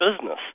business